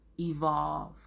evolve